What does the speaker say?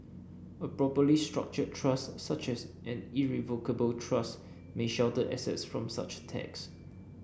a properly structured trust such as an irrevocable trust may shelter assets from such tax